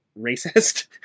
racist